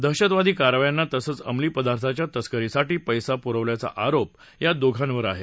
दहशतवादी कारवायांना तसंच अमली पदार्थाच्या तस्करीसाठी पैसा पुरवल्याचा आरोप या दोघांवर आहे